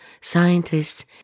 scientists